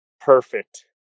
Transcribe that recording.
perfect